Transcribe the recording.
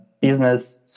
Business